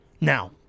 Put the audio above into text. Now